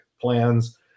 plans